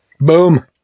Boom